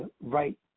right